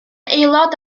aelod